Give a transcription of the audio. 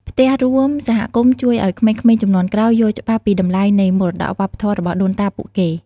ផ្ទះរួមសហគមន៍ជួយឲ្យ ក្មេងៗជំនាន់ក្រោយ យល់ច្បាស់ពីតម្លៃនៃមរតកវប្បធម៌របស់ដូនតាពួកគេ។